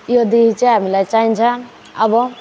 योदेखि चाहिँ हामीलाई चाहिन्छ अब